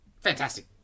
fantastic